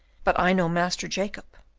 but i know master jacob.